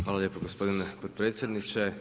Hvala lijepo gospodine potpredsjedniče.